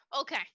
Okay